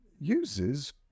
uses